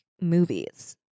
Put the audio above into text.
movies